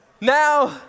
Now